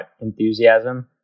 enthusiasm